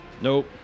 nope